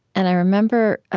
and i remember,